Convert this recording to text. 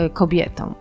kobietą